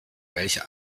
welche